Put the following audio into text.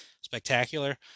spectacular